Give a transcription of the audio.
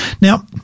Now